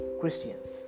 Christians